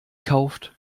kauft